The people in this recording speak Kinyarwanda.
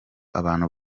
abantu